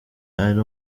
ari